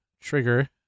Trigger